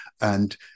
And-